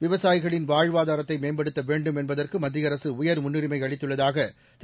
விவசாயிகளின் வாழ்வாதாரத்தை மேம்படுத்த வேண்டும் என்பதற்கு மத்திய அரசு உயர் முன்னுரிமை அளித்துள்ளதாக திரு